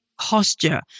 posture